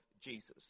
Jesus